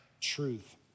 truth